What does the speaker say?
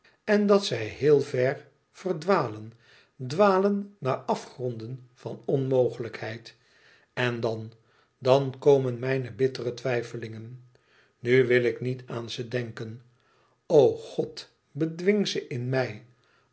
en dat zij heel ver ver dwalen dwalen naar afgronden van onmogelijkheid en dan dan komen mijne bittere twijfelingen nu wil ik niet aan ze denken o god bedwing ze in mij